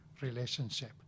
relationship